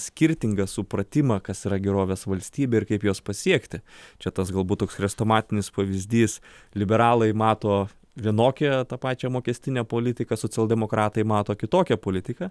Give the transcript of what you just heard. skirtingą supratimą kas yra gerovės valstybė ir kaip jos pasiekti čia tas galbūt toks chrestomatinis pavyzdys liberalai mato vienokią tą pačią mokestinę politiką socialdemokratai mato kitokią politiką